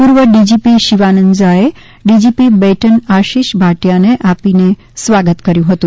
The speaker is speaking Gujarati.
પૂર્વ ડીજીપી શિવાનંદ ઝાએ ડીજીપી બેટન આર્શિષ ભાટિયાને આપીને સ્વાગત કર્યું હતું